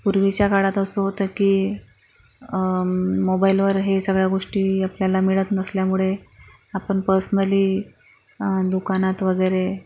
पूर्वीच्या काळात असं होतं की मोबाईलवर या सगळ्या गोष्टी आपल्याला मिळत नसल्यामुळे आपण पर्सनली दुकानात वगैरे